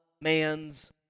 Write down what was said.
man's